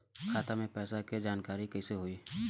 खाता मे पैसा के जानकारी कइसे होई?